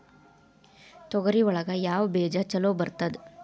ತೊಗರಿ ಒಳಗ ಯಾವ ಬೇಜ ಛಲೋ ಬರ್ತದ?